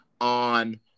on